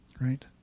right